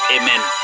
amen